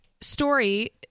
story